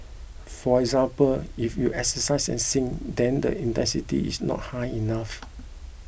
for example if you exercise and sing then the intensity is not high enough